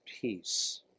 peace